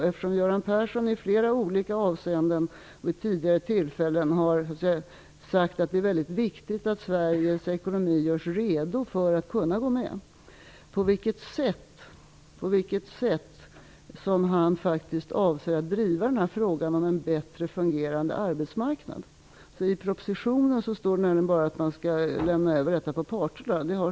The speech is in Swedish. Eftersom Göran Persson i flera olika avseenden tidigare har sagt att det är väldigt viktigt att Sveriges ekonomi görs redo för att vi skall kunna gå med, vill jag fråga på vilket sätt han avser att driva frågan om en bättre fungerande arbetsmarknad. I propositionen står det nämligen bara att man skall lämna över detta till parterna.